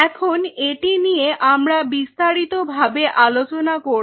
এখন এটি নিয়ে আমরা বিস্তারিত ভাবে আলোচনা করব